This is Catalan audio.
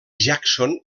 jackson